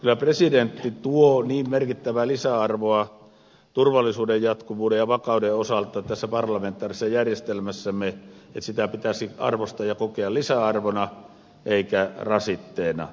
kyllä presidentti tuo niin merkittävää lisäarvoa turvallisuuden jatkuvuuden ja vakauden osalta tässä parlamentaarisessa järjestelmässämme että sitä pitäisi arvostaa ja se pitäisi kokea lisäarvona eikä rasitteena